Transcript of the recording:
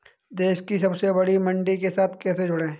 देश की सबसे बड़ी मंडी के साथ कैसे जुड़ें?